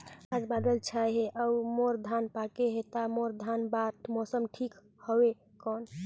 आज बादल छाय हे अउर मोर धान पके हे ता मोर धान बार मौसम ठीक हवय कौन?